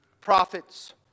prophets